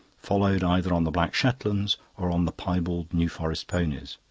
followed either on the black shetlands or on the piebald new forest ponies.